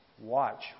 watch